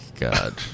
god